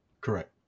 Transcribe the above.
Correct